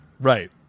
Right